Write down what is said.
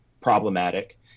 problematic